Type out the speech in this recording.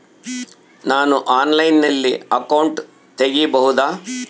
ನಾನು ಆನ್ಲೈನಲ್ಲಿ ಅಕೌಂಟ್ ತೆಗಿಬಹುದಾ?